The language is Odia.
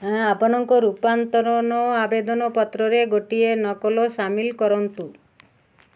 ଆପଣଙ୍କ ରୂପାନ୍ତରଣ ଆବେଦନ ପତ୍ରରେ ଗୋଟିଏ ନକଲ ସାମିଲ କରନ୍ତୁ